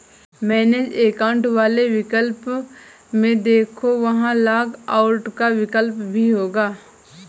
manage account वाले विकल्प में देखो, वहां लॉग आउट का विकल्प भी होगा